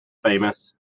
famous